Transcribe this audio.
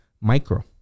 micro